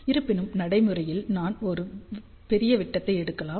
இருப்பினும் நடைமுறையில் நாம் ஒரு பெரிய விட்டத்தை எடுக்கலாம்